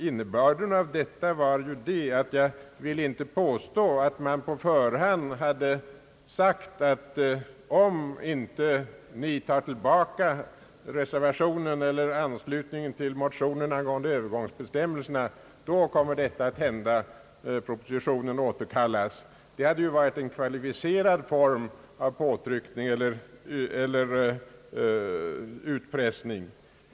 Innebörden av mitt yttrande var ju att jag inte ville påstå att man på förhand talat om propositionens återkallande i händelse mittenpartiernas ledamöter i utskottet bestämde sig för anslutning till motionerna om övergångsbestämmelser, ty det hade varit en kvalificerad form av påtryckning eller utpressning.